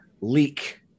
leak